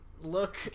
look